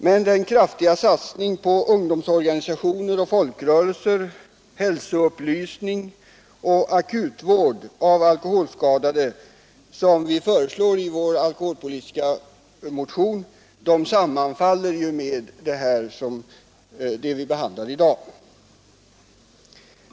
Men den kraftiga satsning på ungdomsorganisationer och folkrörelser, hälsoupplysning och akutvård av alkoholskadade som vi föreslår i vår alkoholpolitiska motion sammanfaller med vad riksdagen i dag behandlar.